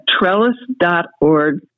trellis.org